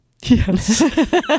Yes